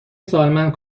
سالمند